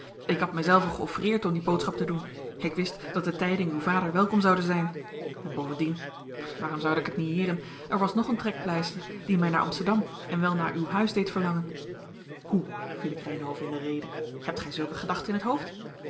ik had mijzelven geoffreerd om die boodschap te doen ik wist dat de tijding uw vader welkom zoude zijn en bovendien waarom zoude ik het niëeren er was nog een trekpleister die mij naar amsterdam en wel naar uw huis deed verlangen hoe viel ik reynhove in de rede hebt gij zulke gedachten in t hoofd